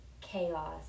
chaos